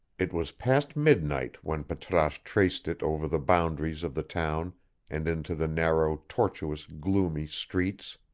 it was past midnight when patrasche traced it over the boundaries of the town and into the narrow, tortuous, gloomy streets.